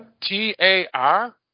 T-A-R